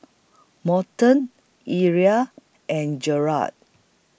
Morton Irl and Jerald